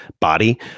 body